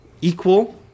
equal